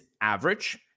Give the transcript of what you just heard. average